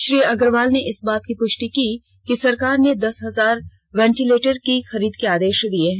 श्री अग्रवाल ने इस बात की पुष्टि की कि सरकार ने दस हजार वेंटिलेटर की खरीद के आदेश दिए हैं